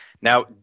Now